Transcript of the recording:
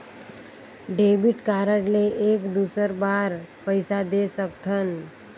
Debit card ले एक दुसर बार पइसा दे सकथन?